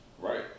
Right